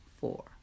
four